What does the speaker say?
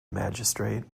magistrate